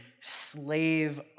slave